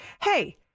hey